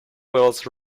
wales